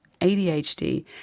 ADHD